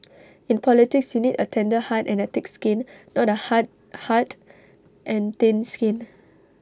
in politics you need A tender heart and A thick skin not A hard heart and thin skin